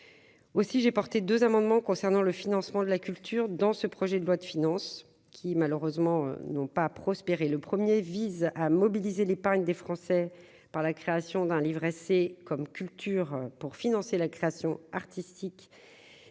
aussi j'ai porté deux amendements concernant le financement de la culture dans ce projet de loi de finances, qui malheureusement n'ont pas prospéré le 1er vise à mobiliser l'épargne des Français par la création d'un livret c'est comme culture pour financer la création artistique